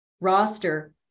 roster